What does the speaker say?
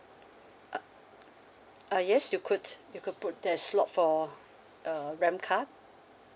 uh uh yes you could you could put there's slot for uh RAM card